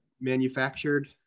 manufactured